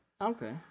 Okay